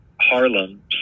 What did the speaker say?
Harlem